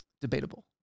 Debatable